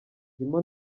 ndimo